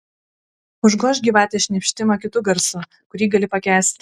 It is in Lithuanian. užgožk gyvatės šnypštimą kitu garsu kurį gali pakęsti